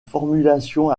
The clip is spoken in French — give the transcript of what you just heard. formulation